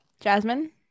Jasmine